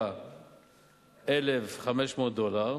ב-39,5000 דולר.